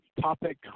topic